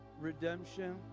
redemption